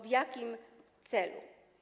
W jakim celu?